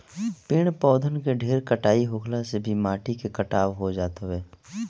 पेड़ पौधन के ढेर कटाई होखला से भी माटी के कटाव हो जात हवे